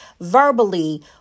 verbally